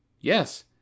Yes